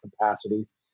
capacities